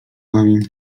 bawi